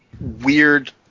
weird